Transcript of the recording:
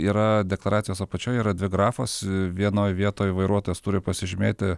yra deklaracijos apačioj yra dvi grafos vienoje vietoj vairuotojas turi pasižymėti